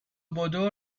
بدو